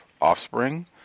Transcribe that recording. offspring